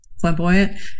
flamboyant